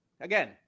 Again